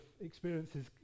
experiences